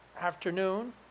afternoon